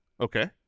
Okay